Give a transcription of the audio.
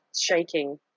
shaking